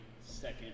second